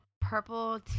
purple